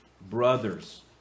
brothers